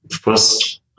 first